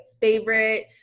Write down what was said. favorite